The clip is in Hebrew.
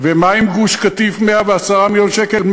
ומה עם גוש-קטיף, 110 מיליון שקל?